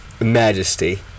majesty